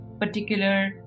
particular